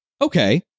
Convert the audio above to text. okay